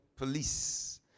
Police